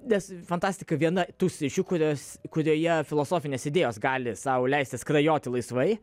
nes fantastika viena tų sričių kurias kurioje filosofinės idėjos gali sau leisti skrajoti laisvai